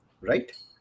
Right